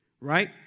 Right